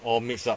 all mix up